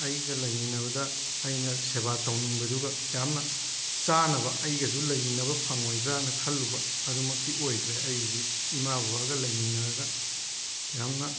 ꯑꯩꯒ ꯂꯩꯃꯤꯟꯅꯕꯗ ꯑꯩꯅ ꯁꯦꯕꯥ ꯇꯧꯅꯤꯡꯕꯗꯨꯒ ꯌꯥꯝꯅ ꯆꯥꯟꯅꯕ ꯑꯩꯒꯁꯨ ꯂꯩꯃꯤꯟꯅꯕ ꯐꯪꯉꯣꯏꯗ꯭ꯔꯥꯅ ꯈꯜꯂꯨꯕ ꯑꯗꯨꯝꯃꯛꯇꯤ ꯑꯣꯏꯗ꯭ꯔꯦ ꯑꯩ ꯍꯧꯖꯤꯛ ꯏꯃꯥ ꯕꯥꯕꯒ ꯂꯩꯃꯤꯟꯅꯔꯒ ꯌꯥꯝꯅ